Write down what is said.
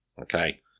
Okay